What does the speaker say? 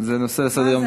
ההצעה הבאה לסדר-היום,